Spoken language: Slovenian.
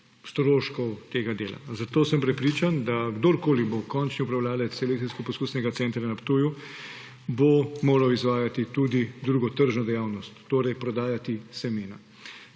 stroškov tega dela. Zato sem prepričan, da bo, kdorkoli bo končni upravljavec Selekcijsko-poskusnega centra Ptuj, moral izvajati tudi drugo tržno dejavnost, torej prodajati semena.